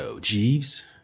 Jeeves